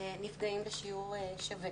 נפגעים בשיעור שווה.